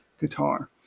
guitar